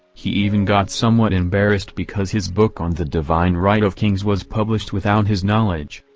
he even got somewhat embarrassed because his book on the divine right of kings was published without his knowledge.